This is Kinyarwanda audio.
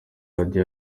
radio